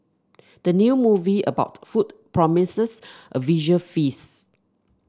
the new movie about food promises a visual feast